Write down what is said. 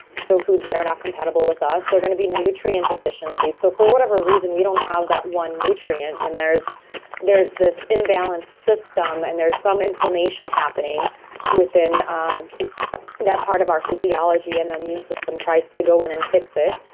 so foods that are not compatible with us. they're going to be nutrient deficiencies. so for whatever reason, we don't have that one nutrient. and there's there's this imbalanced system and there's some inflammation happening within um that part of our physiology, and the immune system tries to go in and fix it.